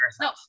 no